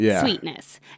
sweetness